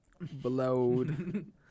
Blowed